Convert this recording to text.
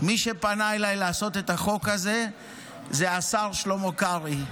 מי שפנה אליי לעשות את החוק הזה הוא השר שלמה קרעי,